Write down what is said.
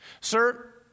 Sir